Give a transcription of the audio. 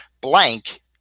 blank